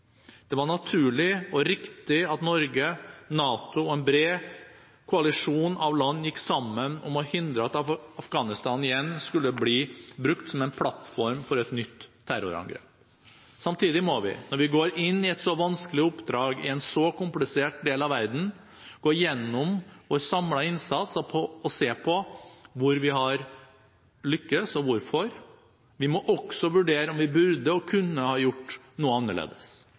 Det var naturlig og riktig at Norge, NATO og en bred koalisjon av land gikk sammen om å hindre at Afghanistan igjen skulle bli brukt som en plattform for et nytt terrorangrep. Samtidig må vi – når vi går inn i et så vanskelig oppdrag i en så komplisert del av verden – gå gjennom vår samlede innsats og se på hvor vi har lykkes, og hvorfor. Vi må også vurdere om vi burde og kunne ha gjort noe annerledes.